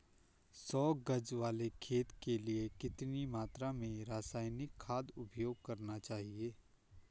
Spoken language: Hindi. सौ गज वाले खेत के लिए कितनी मात्रा में रासायनिक खाद उपयोग करना चाहिए?